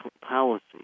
policy